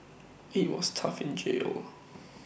IT was tough in jail